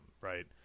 Right